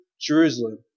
Jerusalem